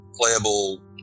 playable